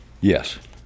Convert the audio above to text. Yes